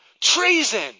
treason